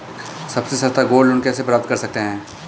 सबसे सस्ता gold loan कैसे प्राप्त कर सकते हैं?